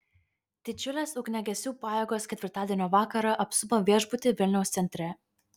didžiulės ugniagesių pajėgos ketvirtadienio vakarą apsupo viešbutį vilniaus centre